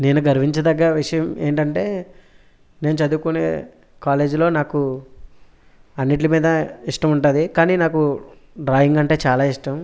నేను గర్వించదగ్గ విషయం ఏంటంటే నేను చదువుకునే కాలేజీలో నాకు అన్నీట్ల మీద ఇష్టం ఉంటుంది కానీ నాకు డ్రాయింగ్ అంటే చాలా ఇస్టం